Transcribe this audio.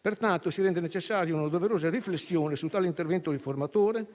Pertanto si rende necessaria una doverosa riflessione su tale intervento riformatore,